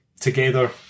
together